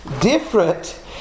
different